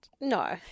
No